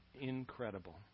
incredible